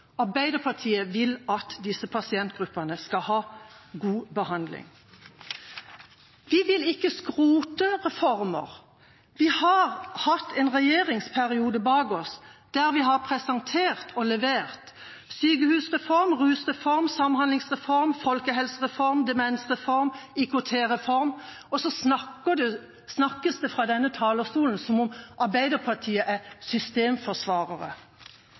Arbeiderpartiet vil at disse pasientgruppene skal ha god behandling. Vi vil ikke skrote reformer. Vi har en regjeringsperiode bak oss der vi har presentert og levert sykehusreform, rusreform, samhandlingsreform, folkehelsereform, demensreform og IKT-reform – og så snakkes det fra denne talerstol som om Arbeiderpartiet er systemforsvarere.